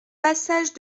passage